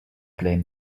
blame